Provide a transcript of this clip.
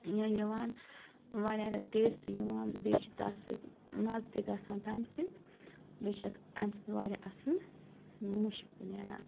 یہِ یِوان واریاہ ٹیسٹ یِوان بیٚیہِ چھِ تَتھ سۭتۍ مَزٕ تہِ گَژھان تَمہِ سۭتۍ بیٚیہِ چھِ اَتھ اَمہِ سۭتۍ واریاہ اَصٕل مُشُک تہِ نیران